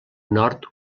nord